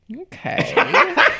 Okay